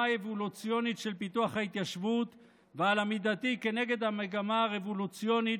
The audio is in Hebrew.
האבולוציונית של פיתוח ההתיישבות ועל עמידתי כנגד המגמה הרבולוציונית